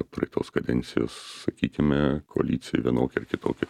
praeitos kadencijos sakykime koalicijoj vienoki ar kitoki